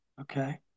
Okay